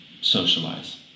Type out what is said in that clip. socialize